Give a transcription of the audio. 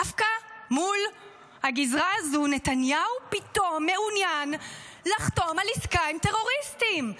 דווקא מול הגזרה הזו נתניהו פתאום מעוניין לחתום על עסקה עם טרוריסטים.